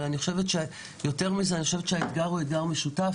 אבל אני חושבת שיותר מזה האתגר הוא אתגר משותף.